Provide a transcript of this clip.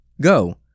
go